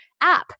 app